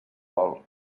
vol